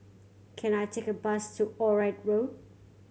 can I take a bus to Onraet Road